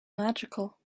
magical